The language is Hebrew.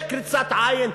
יש קריצת עין.